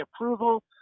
approval